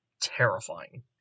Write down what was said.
terrifying